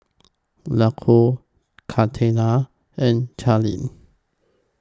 Lucio Kaleena and Charlene